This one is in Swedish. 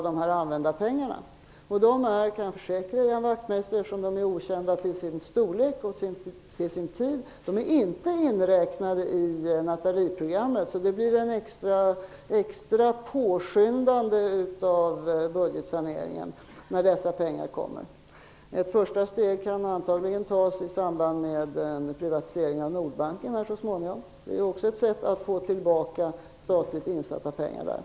De pengarna är, kan jag försäkra Ian Wachtmeister -- eftersom de är okända till sin storlek och till sin tid -- inte inräknade i Nathalieprogrammet. Det blir ett extra påskyndande av budgetsaneringen när dessa pengar kommer. Ett första steg kan antagligen tas i samband med en privatisering av Nordbanken så småningom. Det är också ett sätt att få tillbaka statligt insatta pengar där.